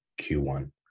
Q1